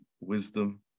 wisdom